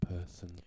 person